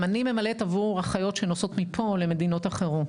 גם אני ממלאת עבור אחיות שנוסעות מפה למדינות אחרות.